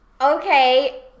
Okay